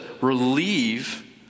relieve